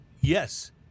Yes